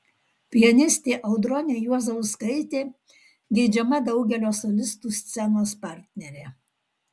pianistė audronė juozauskaitė geidžiama daugelio solistų scenos partnerė